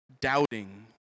Doubting